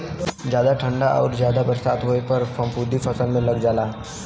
जादा ठंडा आउर जादा बरसात होए पर फफूंदी फसल में लग जाला